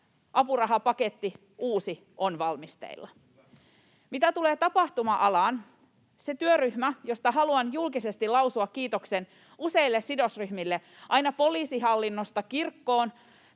apurahapaketti — uusi — on valmisteilla. Mitä tulee tapahtuma-alaan, sen työryhmän työ — josta haluan julkisesti lausua kiitoksen useille sidosryhmille aina poliisihallinnosta kirkkoon,